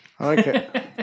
Okay